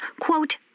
quote